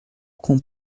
com